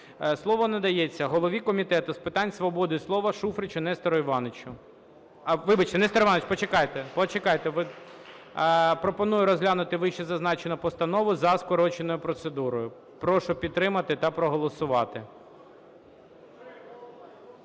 Слово надається голові Комітету з питань свободи слова Шуфричу Нестору Івановичу. Вибачте, Несторе Івановичу, почекайте, почекайте. Пропоную розглянути вищезазначену постанову за скороченою процедурою. Прошу підтримати та проголосувати.